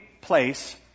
place